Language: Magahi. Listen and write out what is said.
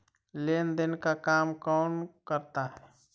लेन देन का काम कौन करता है?